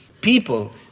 People—